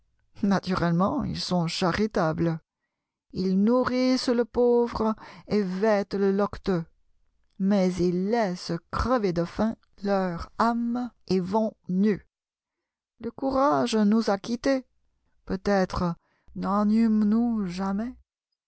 naturellement ils sont charitables ils nourrissent le pauvre et vêtent le loqueteux mais ils laissent crever de faim leur âme et vont nus le courage nous a quittés peut-être n'en eûmes nous jamais